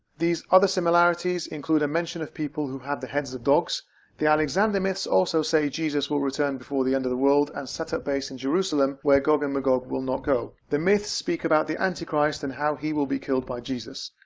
these other similarities include a mention of people have the heads of dogs the alexander myths also say jesus will return before the end of the world and set up base in jerusalem, where gog and magog will not go. the myths speak about the anti-christ and how he will be killed by jesus.